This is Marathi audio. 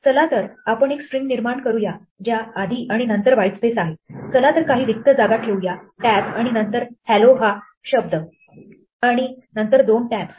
चला तर आपण एक स्ट्रिंग निर्माण करूया ज्या आधी आणि नंतर व्हाइट्स्पेस आहे चला तर काही रिक्त जागा ठेवूया टॅबआणि नंतर hello हा शब्द आणि नंतर दोन टैब्ज़